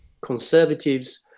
Conservatives